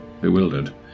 bewildered